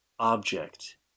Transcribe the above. object